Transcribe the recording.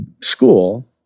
school